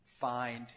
find